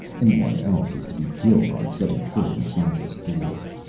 anyone else is to be killed on setting foot inside this door!